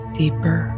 deeper